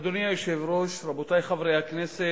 אדוני היושב-ראש, רבותי חברי הכנסת,